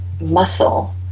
muscle